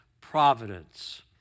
providence